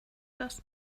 das